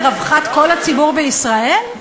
לרווחת כל הציבור בישראל?